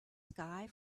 sky